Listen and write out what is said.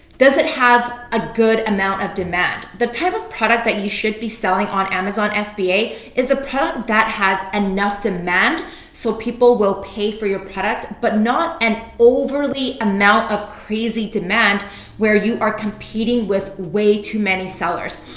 does it have a good amount of demand? the type of product that you should be selling on amazon fba is a product that has enough demand so people will pay for your product but not an overly amount of crazy demand where you are competing with way too many sellers.